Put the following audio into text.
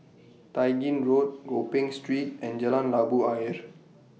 Tai Gin Road Gopeng Street and Jalan Labu Ayer